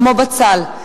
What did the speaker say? כמו בצל,